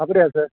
அப்படியா சார்